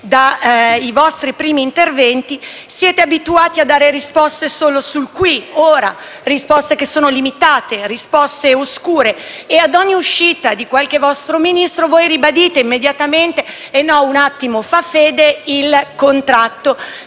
i vostri primi interventi, siete abituati a dare risposte solo sul qui ed ora, risposte che sono limitate e oscure. Ad ogni uscita di qualche vostro Ministro voi ribadite immediatamente: «No, un attimo, fa fede il contratto»,